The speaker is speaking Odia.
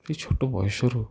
ଏତେ ଛୋଟ ବୟସରୁ